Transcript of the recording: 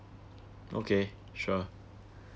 okay sure